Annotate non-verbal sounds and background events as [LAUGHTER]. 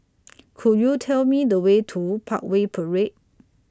[NOISE] Could YOU Tell Me The Way to Parkway Parade